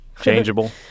changeable